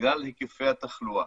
בגלל היקפי התחלואה